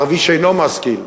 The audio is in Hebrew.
הערבי שאינו משכיל,